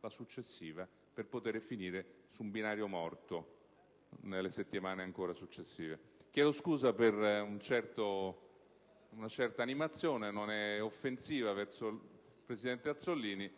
la successiva, per finire magari su un binario morto nelle settimane ancora successive. Chiedo scusa per una certa mia animazione, che non è offensiva verso il presidente Azzollini, ma